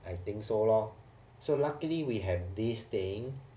I think so lor so luckily we have this thing